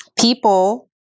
People